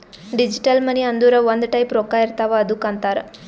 digital money ಅಂದುರ್ ಒಂದ್ type ರೊಕ್ಕಾ ಇರ್ತಾವ್ ಅದ್ದುಕ್ ಅಂತಾರ್